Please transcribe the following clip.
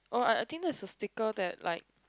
oh I I think there's a sticker that like